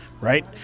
Right